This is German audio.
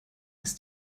ist